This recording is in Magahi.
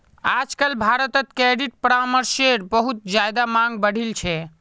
आजकल भारत्त क्रेडिट परामर्शेर बहुत ज्यादा मांग बढ़ील छे